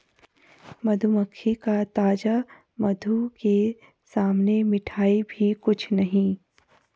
मधुमक्खी का ताजा मधु के सामने मिठाई भी कुछ नहीं